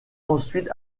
ensuite